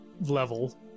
level